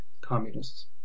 communists